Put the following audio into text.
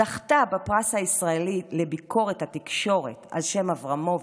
זכתה בפרס הישראלי לביקורת התקשורת על שם אברמוביץ.